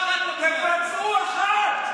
תבצעו אחת.